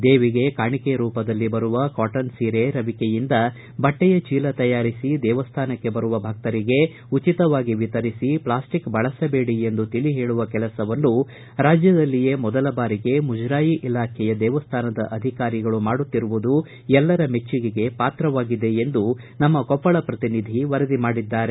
ದೇವಿಗೆ ಕಾಣಿಕೆಯ ರೂಪದಲ್ಲಿರುವ ಬರುವ ಕಾಟನ್ ಸೀರೆ ರವಿಕೆಯಿಂದ ಬಟ್ಷೆಯ ಚೀಲ ತಯಾರಿಸಿ ದೇವಸ್ಥಾನಕ್ಷೆ ಬರುವ ಭಕ್ತರಿಗೆ ಉಚಿತವಾಗಿ ವಿತರಿಸಿ ಪ್ಲಾಸ್ಟಿಕ್ ಬಳಸಬೇಡಿ ಎಂದು ತಿಳಿ ಹೇಳುವ ಕೆಲಸವನ್ನು ಕರ್ನಾಟಕದಲ್ಲಿಯೇ ಮೊದಲ ಬಾರಿಗೆ ಮುಜರಾಯಿ ಇಲಾಖೆಯ ದೇವಸ್ಥಾನದ ಅಧಿಕಾರಿಗಳು ಮಾಡುತ್ತಿರುವುದು ಎಲ್ಲರ ಮೆಜ್ವಿಗೆಗೆ ಪಾತ್ರವಾಗಿದೆ ಎಂದು ನಮ್ಮ ಕೊಪ್ಪಳ ಪ್ರತಿನಿಧಿ ವರದಿ ಮಾಡಿದ್ದಾರೆ